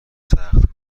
سخت